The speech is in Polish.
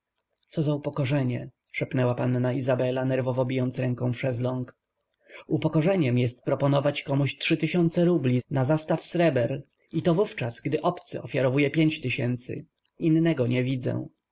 co za upokorzenie szepnęła panna izabela nerwowo bijąc ręką w szesląg upokorzeniem jest proponować komuś trzy tysiące rubli na zastaw sreber i to wówczas gdy obcy ofiarowują pięć tysięcy innego nie widzę